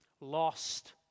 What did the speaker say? Lost